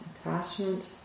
attachment